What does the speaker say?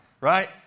right